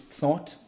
thought